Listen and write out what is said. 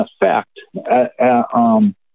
effect